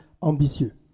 ambitieux